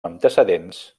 antecedents